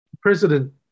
President